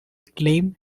claim